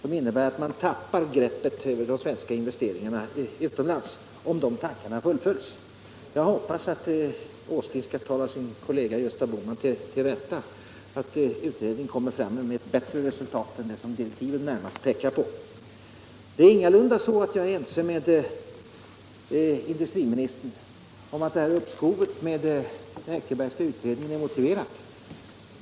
Om de tankar som ligger bakom direktiven fullföljs innebär det att vi tappar greppet över de svenska investeringarna utomlands. Jag hoppas att Nils Åsling skall tala sin kollega Gösta Bohman till rätta, så att utredningen kan komma fram till ett bättre resultat än det som direktiven tyder på. Det är ingalunda så att jag är ense med industriministern om att uppskovet med den Eckerbergska utredningen är motiverat.